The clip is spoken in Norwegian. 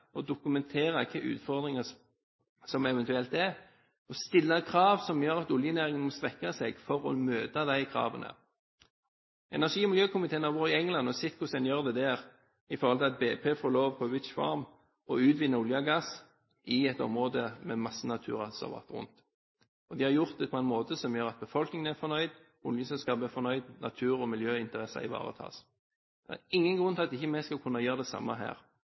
og dokumentere hvilke utfordringer som eventuelt finnes, og stille krav som gjør at oljenæringen må strekke seg for å møte de kravene. Energi- og miljøkomiteen har vært i England og sett hvordan en gjør det der. BP får lov til å utvinne olje og gass på Wytch Farm, i et område med mange naturreservater rundt. De har gjort det på en måte som gjør at befolkningen er fornøyd, oljeselskapet er fornøyd, og natur- og miljøinteresser ivaretas. Det er ingen grunn til at ikke vi skal kunne gjøre det samme her.